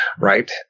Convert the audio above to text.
right